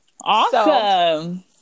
Awesome